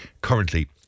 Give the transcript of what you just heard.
currently